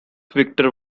victor